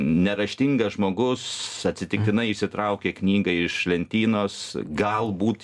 neraštingas žmogus atsitiktinai išsitraukia knygą iš lentynos galbūt